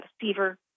fever